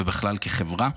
ובכלל כחברה,